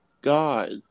God